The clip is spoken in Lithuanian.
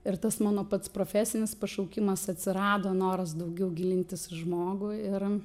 ir tas mano pats profesinis pašaukimas atsirado noras daugiau gilintis į žmogų ir